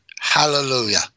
Hallelujah